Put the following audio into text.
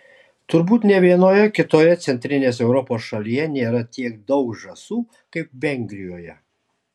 turbūt nė vienoje kitoje centrinės europos šalyje nėra tiek daug žąsų kaip vengrijoje